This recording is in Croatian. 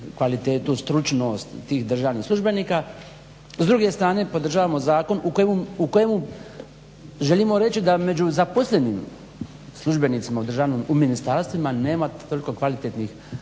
kvalitetu, stručnost tih državnih službenika. S druge strane podržavamo zakon u kojemu želimo reći da među zaposlenim službenicima u državnom, u ministarstva nema toliko kvalitetnih